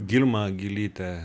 gilma gilytė